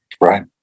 Right